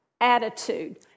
attitude